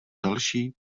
další